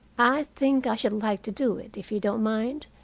i think i should like to do it, if you don't mind.